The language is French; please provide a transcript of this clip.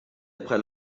après